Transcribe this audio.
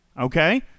okay